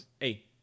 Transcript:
hey